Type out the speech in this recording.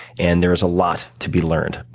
and there's a lot to be learned.